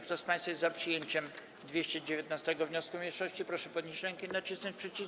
Kto z państwa jest za przyjęciem 219. wniosku mniejszości, proszę podnieść rękę i nacisnąć przycisk.